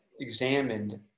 examined